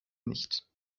nicht